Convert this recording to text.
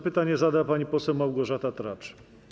Pytanie zada pani poseł Małgorzata Tracz.